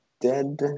dead